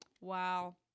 wow